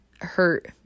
hurt